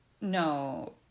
no